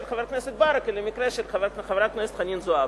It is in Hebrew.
חבר הכנסת ברכה למקרה של חברת הכנסת חנין זועבי.